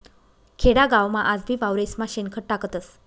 खेडागावमा आजबी वावरेस्मा शेणखत टाकतस